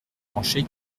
trancher